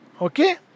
Okay